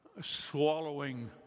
swallowing